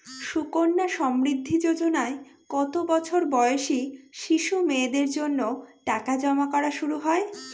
সুকন্যা সমৃদ্ধি যোজনায় কত বছর বয়সী শিশু মেয়েদের জন্য টাকা জমা করা শুরু হয়?